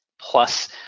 plus